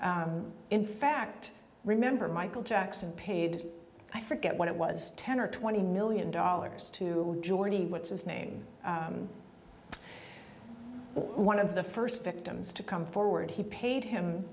man in fact remember michael jackson paid i forget what it was ten or twenty million dollars to join what's his name one of the first victims to come forward he paid him